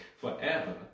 forever